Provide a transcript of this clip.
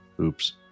oops